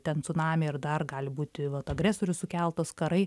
ten cunamiai ir dar gali būti vat agresorių sukeltos karai